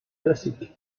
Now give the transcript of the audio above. classique